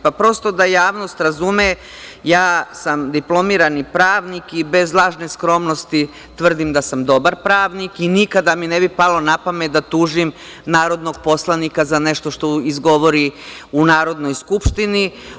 Prosto da javnost razume, ja sam diplomirani pravnik i bez lažne skromnosti tvrdim da sam dobar pravnik i nikada mi ne bi palo na pamet da tužim narodnog poslanika za nešto što izgovori u Narodnoj skupštini.